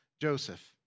Joseph